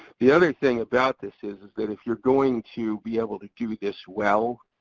the other thing about this is is that if you're going to be able to do this well,